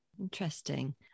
interesting